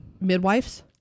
midwives